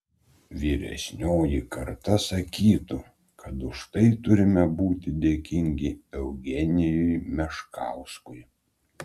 vyresnioji karta sakytų kad už tai turime būti dėkingi eugenijui meškauskui